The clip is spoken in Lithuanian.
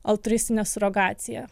altruistinė surogacija